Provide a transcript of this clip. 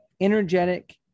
energetic